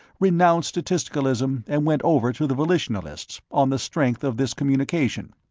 renounced statisticalism and went over to the volitionalists, on the strength of this communication.